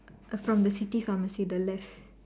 from the city pharmacy the left